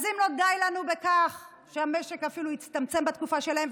אז אם לא די לנו בכך שהמשק אפילו הצטמצם בתקופה שלהם,